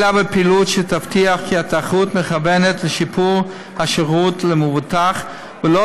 אלא בפעילות שתבטיח כי התחרות מכוונת לשיפור השירות למבוטח ולא